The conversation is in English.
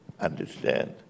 understand